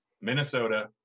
minnesota